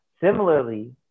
Similarly